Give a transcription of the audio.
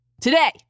today